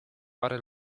pary